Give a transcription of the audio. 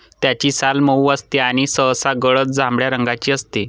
त्याची साल मऊ असते आणि सहसा गडद जांभळ्या रंगाची असते